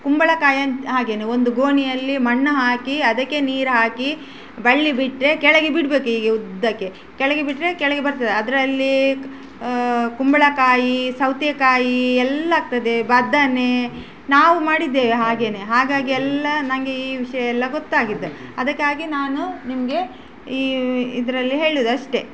ಕುಂಬಳಕಾಯಿ ಹಾಗೆಯೇ ಒಂದು ಗೋಣಿಯಲ್ಲಿ ಮಣ್ಣು ಹಾಕಿ ಅದಕ್ಕೆ ನೀರು ಹಾಕಿ ಬಳ್ಳಿ ಬಿಟ್ಟರೆ ಕೆಳಗೆ ಬಿಡ್ಬೇಕು ಹೀಗೆ ಉದ್ದಕ್ಕೆ ಕೆಳಗೆ ಬಿಟ್ಟರೆ ಕೆಳಗೆ ಬರ್ತದೆ ಅದರಲ್ಲಿ ಕುಂಬಳಕಾಯಿ ಸೌತೆಕಾಯಿ ಎಲ್ಲ ಆಗ್ತದೆ ಬದನೆ ನಾವು ಮಾಡಿದ್ದೇವೆ ಹಾಗೆಯೇ ಹಾಗಾಗಿ ಎಲ್ಲ ನನಗೆ ಈ ವಿಷಯ ಎಲ್ಲ ಗೊತ್ತಾಗಿದೆ ಅದಕ್ಕಾಗಿ ನಾನು ನಿಮಗೆ ಈ ಇದರಲ್ಲಿ ಹೇಳೋದು ಅಷ್ಟೆ